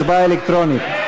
הצבעה אלקטרונית.